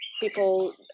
people